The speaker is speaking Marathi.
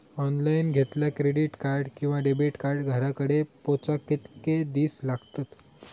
ऑनलाइन घेतला क्रेडिट कार्ड किंवा डेबिट कार्ड घराकडे पोचाक कितके दिस लागतत?